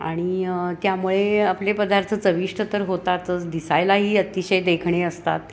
आणि त्यामुळे आपले पदार्थ चविष्ट तर होतातच दिसायलाही अतिशय देखणे असतात